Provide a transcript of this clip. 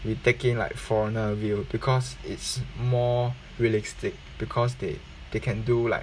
you take in like foreigner view because it's more realistic because they they can do like